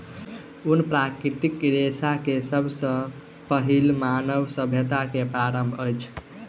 ऊन प्राकृतिक रेशा के सब सॅ पहिल मानव सभ्यता के प्रमाण अछि